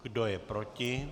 Kdo je proti?